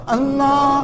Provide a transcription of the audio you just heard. Allah